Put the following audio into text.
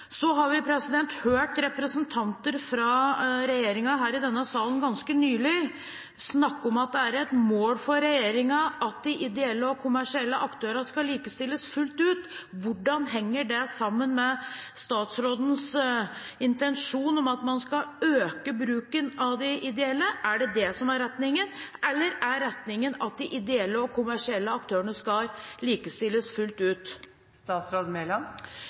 har ganske nylig hørt representanter fra regjeringen her i denne sal snakke om at det er et mål for regjeringen at de ideelle og kommersielle aktørene skal likestilles fullt ut. Hvordan henger det sammen med statsrådens intensjon om at man skal øke bruken av de ideelle? Er det dette som er retningen, eller er retningen at de ideelle og kommersielle aktørene skal likestilles fullt ut?